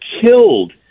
killed